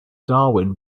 darwin